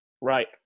Right